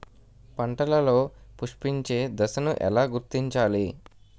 పంటలలో పుష్పించే దశను ఎలా గుర్తించాలి?